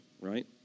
right